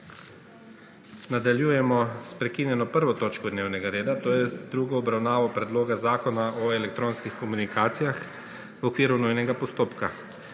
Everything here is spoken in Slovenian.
Nadaljujemo s prekinjeno 1. točko dnevnega reda – z drugo obravnavo Predloga zakona o elektronskih komunikacijah v okviru nujnega postopka.